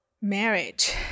Marriage